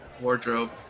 wardrobe